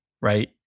right